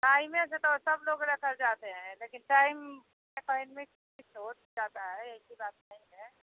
टाइमे से तो सब लोग लेकर जाते हैं लेकिन टाइम एपोइनमेंट फ़िक्स हो जाता है ऐसी बात नहीं है